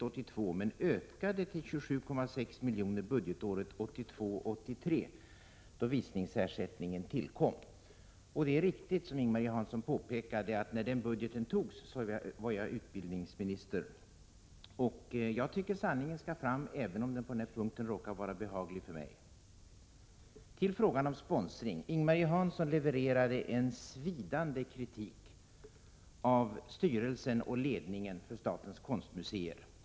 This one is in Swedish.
Men bidragen ökade till 27,6 miljoner budgetåret 1982/83, då visningsersättningen tillkom. Ing-Marie Hansson påpekade mycket riktigt att jag var utbildningsminister när den budgetpropositionen antogs. Jag tycker att sanningen skall fram, även om den på denna punkt råkar vara behaglig för mig. Sedan till frågan om sponsringen. Ing-Marie Hansson levererade svidande kritik beträffande styrelsen och ledningen för statens konstmuseer.